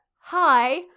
hi